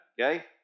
Okay